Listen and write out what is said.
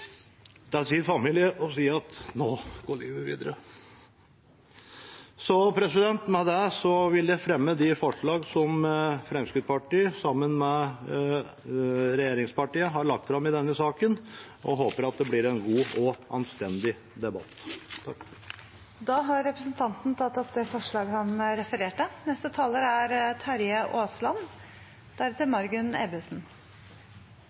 sin familie og si: Nå går livet videre. Med det vil jeg fremme de forslagene som Fremskrittspartiet, sammen med regjeringspartiene, har lagt fram i denne saken. Jeg håper det blir en god og anstendig debatt. Da har representanten Morten Ørsal Johansen tatt opp de forslagene han refererte